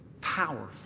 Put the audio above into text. powerful